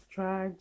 Try